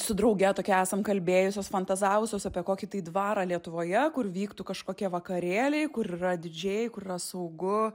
su drauge tokia esam kalbėjusios fantazavusios apie kokį tai dvarą lietuvoje kur vyktų kažkokie vakarėliai kur yra didžėjai kur yra saugu